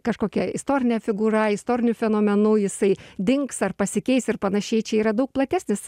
kažkokia istorine figūra istoriniu fenomenu jisai dings ar pasikeis ir panašiai čia yra daug platesnis